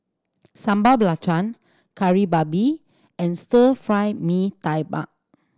Sambal Belacan Kari Babi and Stir Fry Mee Tai Mak